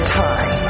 time